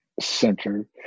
center